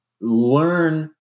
learn